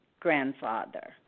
Grandfather